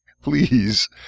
please